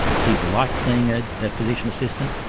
people liked seeing a physician assistant,